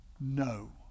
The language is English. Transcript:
No